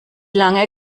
lange